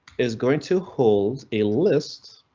is going to hold a list.